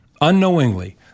Unknowingly